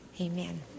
Amen